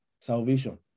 salvation